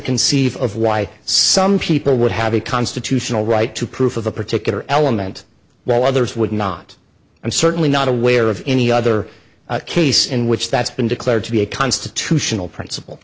conceive of why some people would have a constitutional right to proof of a particular element while others would not i'm certainly not aware of any other case in which that's been declared to be a constitutional princip